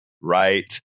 right